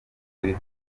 turi